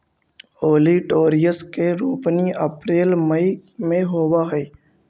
olitorius के रोपनी अप्रेल मई में होवऽ हई